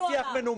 תנהלי שיח מנומס.